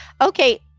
Okay